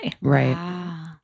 Right